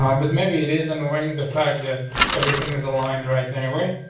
um but maybe it isn't wearing the fact that everything is aligned right anyway,